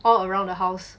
all around the house